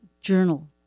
journal